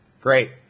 Great